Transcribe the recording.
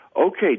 okay